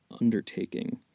undertaking